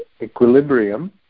equilibrium